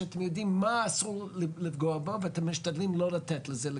שאתם יודעים מה אסור לנגוע בו ואתם משתדלים לא לתת לזה לקרות.